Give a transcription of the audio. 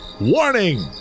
warning